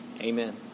amen